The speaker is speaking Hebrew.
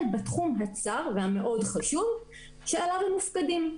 בתחום הצר והמאוד חשוב שעליו הם מופקדים.